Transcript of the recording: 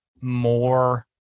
more